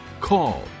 call